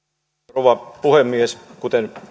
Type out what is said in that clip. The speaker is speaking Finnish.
rouva puhemies kuten